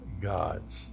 gods